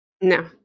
no